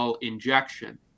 injection